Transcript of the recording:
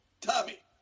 Tommy